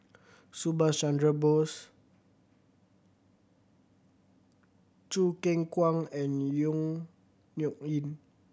Subhas Chandra Bose Choo Keng Kwang and Yong Nyuk Lin